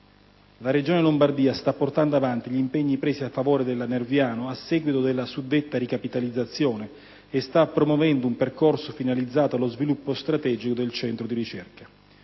La Regione Lombardia sta portando avanti gli impegni presi a favore della Nerviano Medical Sciences a seguito della suddetta ricapitalizzazione e sta promuovendo un percorso finalizzato allo sviluppo strategico del centro di ricerca.